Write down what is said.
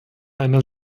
einer